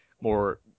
more –